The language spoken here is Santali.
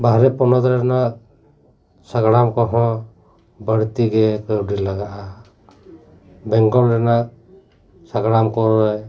ᱵᱟᱨᱦᱮ ᱯᱚᱱᱚᱛ ᱨᱮᱱᱟᱜ ᱥᱟᱜᱽᱲᱟᱢ ᱠᱚᱦᱚᱸ ᱵᱟᱹᱲᱛᱤ ᱜᱮ ᱠᱟᱹᱣᱰᱤ ᱞᱟᱜᱟᱜᱼᱟ ᱵᱮᱝᱜᱚᱞ ᱨᱮᱱᱟᱜ ᱥᱟᱜᱽᱲᱟᱢ ᱠᱚᱨᱮ